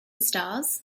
stars